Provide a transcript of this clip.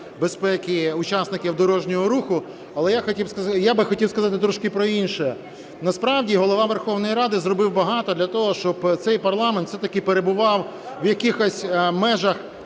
безпеки учасників дорожнього руху, але я хотів би сказати трошки про інше. Насправді, Голова Верховної Ради зробив багато для того, щоб цей парламент все-таки перебував в якихось межах